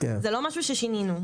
זה לא משהו ששינינו.